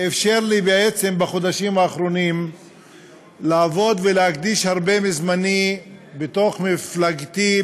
שאפשר לי בחודשים האחרונים לעבוד ולהקדיש הרבה מזמני בתוך מפלגתי,